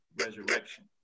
resurrection